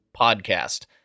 podcast